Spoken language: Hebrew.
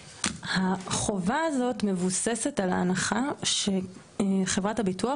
החובה הזאת מבוססת על ההנחה שחברת הביטוח